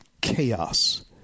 chaos